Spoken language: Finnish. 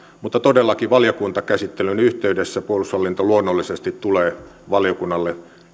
mutta todellakin valiokuntakäsittelyn yhteydessä puolustushallinto luonnollisesti tulee valiokunnalle